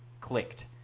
clicked